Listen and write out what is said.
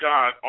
God